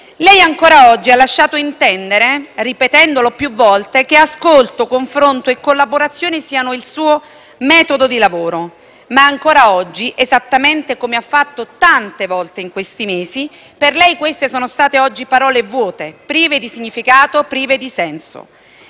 Lei ancora oggi ha lasciato intendere, ripetendolo più volte, che ascolto, confronto e collaborazione siano il suo metodo di lavoro, ma ancora oggi - esattamente come ha fatto tante volte negli ultimi mesi - per lei queste sono state parole vuote, prive di significato e di senso.